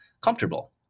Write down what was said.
comfortable